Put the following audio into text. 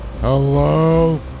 Hello